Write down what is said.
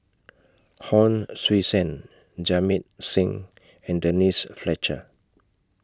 Hon Sui Sen Jamit Singh and Denise Fletcher